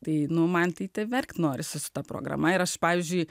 tai nu man tai tai verkt norisi su ta programa ir aš pavyzdžiui